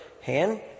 Hand